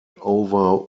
over